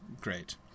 great